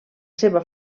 seva